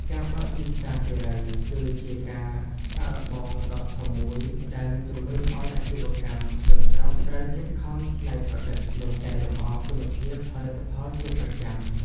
ការបើកទីផ្សារសេរី គឺជាការសាកល្បងដ៏ធំមួយដែលនឹងជំរុញឱ្យអាជីវកម្មក្នុងស្រុកត្រូវខិតខំច្នៃប្រឌិត និងកែលម្អគុណភាពផលិតផលជាប្រចាំ។